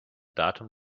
datum